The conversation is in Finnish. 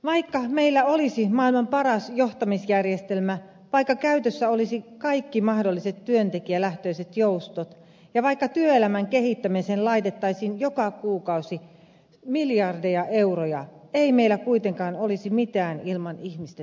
vaikka meillä olisi maailman paras johtamisjärjestelmä vaikka käytössä olisivat kaikki mahdolliset työntekijälähtöiset joustot ja vaikka työelämän kehittämiseen laitettaisiin joka kuukausi miljardeja euroja ei meillä kuitenkaan olisi mitään ilman ihmisten terveyttä